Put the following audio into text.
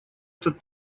этот